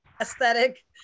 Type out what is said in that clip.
aesthetic